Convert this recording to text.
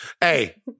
hey